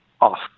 off